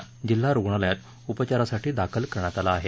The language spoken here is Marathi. जखमींना जिल्हा रुग्णालयात उपचारासाठी दाखल करण्यात आलं आहे